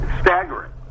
staggering